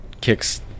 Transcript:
kicks